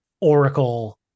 Oracle